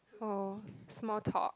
oh small talk